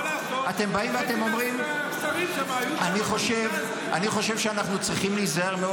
מה לעשות --- אני חושב שאנחנו צריכים להיזהר מאוד